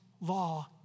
law